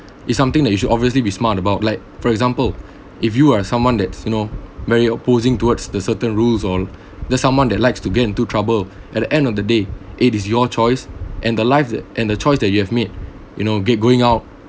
it's something that you should obviously be smart about like for example if you are someone that's you know very opposing towards the certain rules or there's someone that likes to get into trouble at the end of the day it is your choice and the life that and the choice that you have made you know get going out